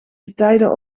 getijden